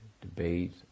debate